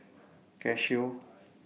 Casio